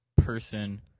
person